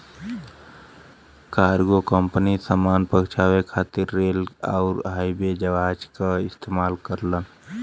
cargo company सामान पहुंचाये खातिर रेल आउर हवाई जहाज क इस्तेमाल करलन